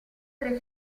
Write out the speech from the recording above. tre